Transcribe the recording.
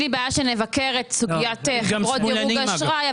אין לי בעיה שנבקר את סוגיית חברות דירוג האשראי,